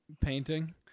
Painting